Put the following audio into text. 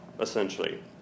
essentially